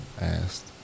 asked